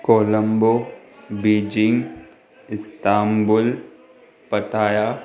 Colombo Beijing Istanbul Pattaya